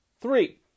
three